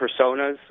personas